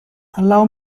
allow